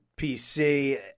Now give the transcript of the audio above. PC